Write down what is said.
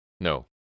No